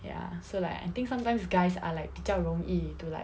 ya so like I think sometimes guys are like 比较容易 to like